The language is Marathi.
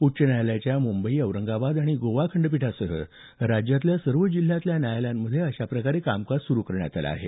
उच्च न्यायालयाच्या मुंबई औरंगाबाद आणि गोवा खंडपीठासह राज्यातल्या सर्व जिल्ह्यातल्या न्यायालयांमध्येही अशा प्रकारे कामकाज सुरू करण्यात आलं आहे